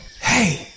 Hey